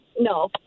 no